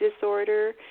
disorder